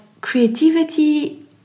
creativity